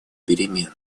перемен